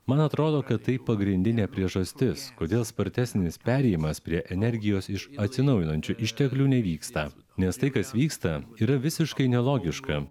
man atrodo kad tai pagrindinė priežastis kodėl spartesnis perėjimas prie energijos iš atsinaujinančių išteklių nevyksta nes tai kas vyksta yra visiškai nelogiška